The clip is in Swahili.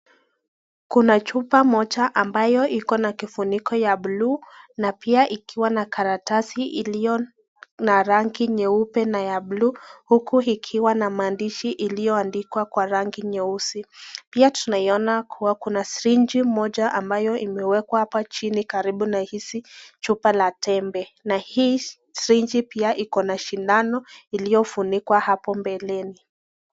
Kuna chupa moja ambayo iko na kifuniko ya buluu na pia ikiwa na karatasi iliyo na rangi nyeupe na ya buluu, huku ikiwa na maandishi iliyo andikwa kwa rangi nyeusi. Pia tunaiona kua kuna sirenji moja ambayo imewekwa hapa chini karibu na chupa la tembe na hii sirenji pia iko na sindano iliyofunikwa hapo mbeleni.